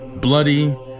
bloody